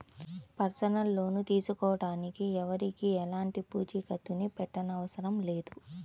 personal loan తీసుకోడానికి ఎవరికీ ఎలాంటి పూచీకత్తుని పెట్టనవసరం లేదు